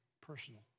personal